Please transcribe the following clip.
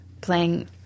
playing